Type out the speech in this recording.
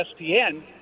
ESPN